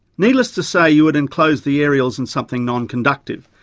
needless to say you would enclose the aerials in something non-conductive,